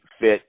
fit